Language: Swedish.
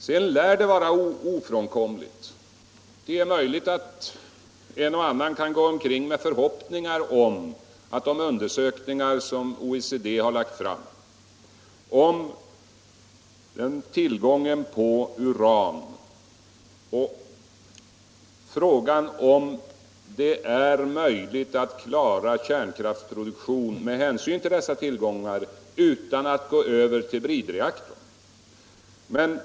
OECD har undersökt om det med hänsyn till tillgången på uran är möjligt att klara en kärnkraftsproduktion utan att gå över till bridreaktorn.